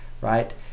right